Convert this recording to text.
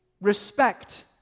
respect